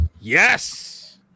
yes